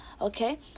okay